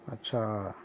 اچھا